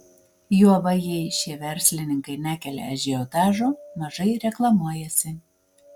juoba jei šie verslininkai nekelia ažiotažo mažai reklamuojasi